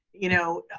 you know,